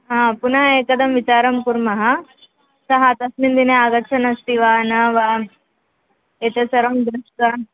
हा पुनः एकदा विचारं कुर्मः सः तस्मिन् दिने आगच्छन् अस्ति वा न वा एतत् सर्वं दृष्ट्वा